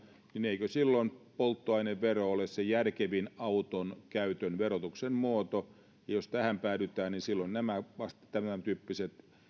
eikö silloin polttoainevero ole se järkevin auton käytön verotuksen muoto ja jos tähän päädytään niin silloin tämäntyyppiset